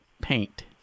paint